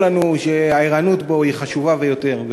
כל